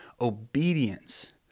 obedience